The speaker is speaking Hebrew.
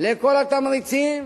לכל התמריצים,